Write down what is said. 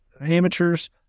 amateurs